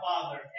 Father